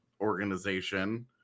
organization